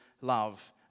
love